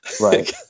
Right